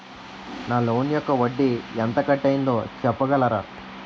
నా లోన్ యెక్క వడ్డీ ఎంత కట్ అయిందో చెప్పగలరా?